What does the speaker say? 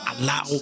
allow